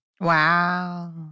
Wow